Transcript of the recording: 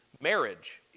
Marriage